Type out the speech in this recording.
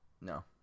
No